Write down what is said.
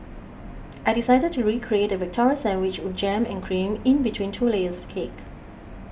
I decided to recreate the Victoria Sandwich with jam and cream in between two layers of cake